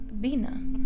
bina